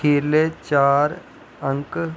खीरले चार अंक